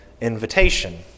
invitation